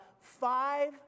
five